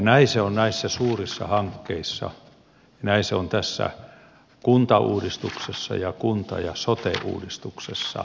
näin se on näissä suurissa hankkeissa ja näin se on tässä kuntauudistuksessa ja kunta ja sote uudistuksessa